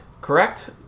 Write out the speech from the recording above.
correct